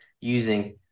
using